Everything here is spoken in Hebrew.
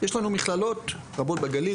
יש לנו מכללות רבות בגליל,